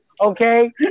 Okay